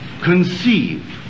Conceive